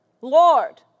Lord